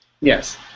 Yes